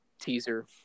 teaser